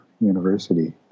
university